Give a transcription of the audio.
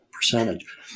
percentage